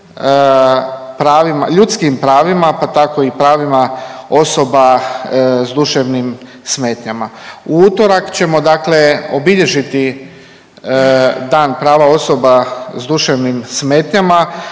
ljudskim pravima, pa tako i pravima osoba s duševnim smetnjama. U utorak ćemo dakle obilježiti Dan prava osoba s duševnim smetnjama